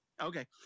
Okay